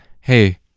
hey